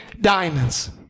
diamonds